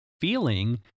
feeling